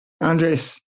Andres